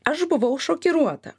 aš buvau šokiruota